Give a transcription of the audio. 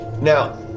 Now